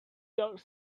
york